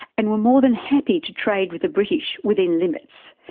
and were more than happy to trade with the british, within limits.